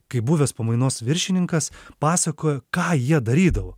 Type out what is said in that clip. kai buvęs pamainos viršininkas pasakojo ką jie darydavo